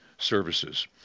services